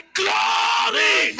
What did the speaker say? glory